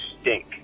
stink